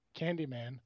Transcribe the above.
Candyman